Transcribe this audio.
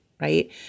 Right